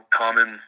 common